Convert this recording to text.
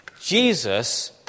Jesus